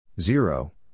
Zero